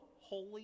Holy